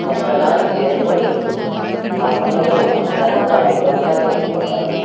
స్వస్థలానికి చేరుకొని ఆ పండుగను అంగరంగ వైభవంగా జరుపుకుంటారు